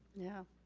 yeah,